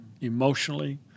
emotionally